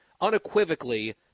unequivocally